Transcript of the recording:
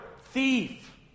thief